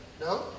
No